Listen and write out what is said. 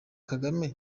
kagame